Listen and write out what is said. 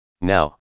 Now